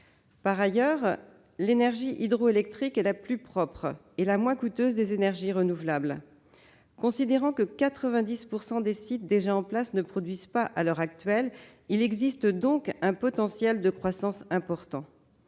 Par ailleurs, l'énergie hydroélectrique est la plus propre et la moins coûteuse des énergies renouvelables. Considérant que 90 % des sites déjà en place ne produisent pas à l'heure actuelle, il existe donc un potentiel de croissance important.